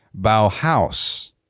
Bauhaus